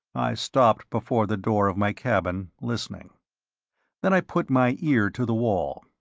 i stopped before the door of my cabin, listening then i put my ear to the wall.